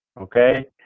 okay